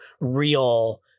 real